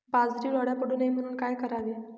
बाजरीवर अळ्या पडू नये म्हणून काय करावे?